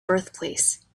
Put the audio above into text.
birthplace